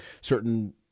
certain –